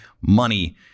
money